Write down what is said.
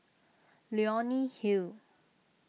Leonie Hill